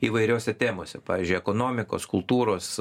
įvairiose temose pavyzdžiui ekonomikos kultūros